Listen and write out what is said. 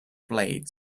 blades